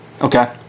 Okay